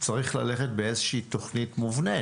צריך ללכת באיזושהי תוכנית מובנית.